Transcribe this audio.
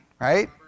right